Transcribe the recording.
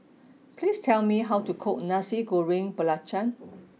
please tell me how to cook Nasi Goreng Belacan